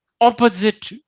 opposite